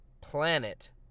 planet